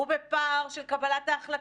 הוא בפער של קבלת ההחלטה,